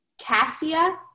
Cassia